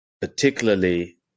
particularly